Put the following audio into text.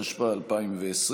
התשפ"א 2020,